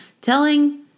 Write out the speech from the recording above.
telling